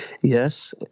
Yes